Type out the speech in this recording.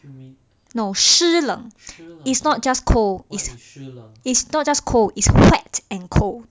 no 湿冷 it's not just cold is it's not just cold is wet and cold